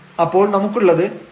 അപ്പോൾ നമുക്കുള്ളത് ±1±2